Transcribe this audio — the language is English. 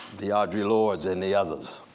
the audrey lords and the others,